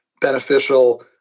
beneficial